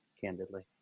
candidly